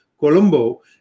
Colombo